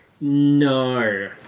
No